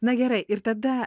na gerai ir tada